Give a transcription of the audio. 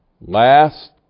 last